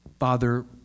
Father